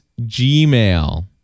Gmail